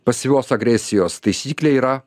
pasyvios agresijos taisyklė yra